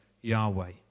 Yahweh